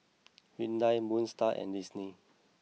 Hyundai Moon Star and Disney